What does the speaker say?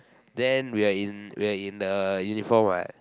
then we are in we are in the uniform what